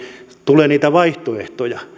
tulee niitä vaihtoehtoja